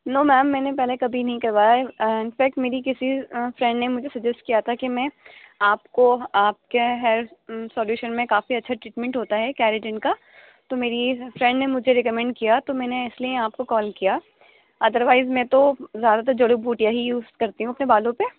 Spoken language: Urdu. نو میم میں نے پہلے کبھی نہیں کروایا ہے انفیکٹ میری کسی فرینڈ نے مجھے سجیسٹ کیا تھا کہ میں آپ کو آپ کے ہیئر سلیوشن میں کافی اچھا ٹریٹمنٹ ہوتا ہے کیریٹن کا تو میری فرینڈ نے مجھے ریکمنڈ کیا تو میں نے اس لیے آپ کو کال کیا ادر وائز میں تو زیادہ تر جڑی بوٹیاں ہی یوز کرتی ہوں اپنے بالوں پہ